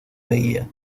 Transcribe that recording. veía